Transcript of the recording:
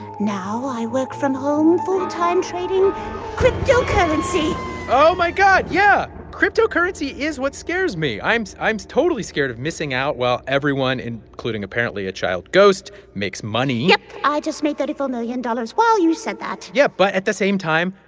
now i work from home full-time, trading cryptocurrency oh, my god. yeah. cryptocurrency is what scares me. i'm i'm totally scared of missing out while everyone and including, apparently, a child ghost makes money yup. i just made thirty four million dollars while you said that yeah. but at the same time,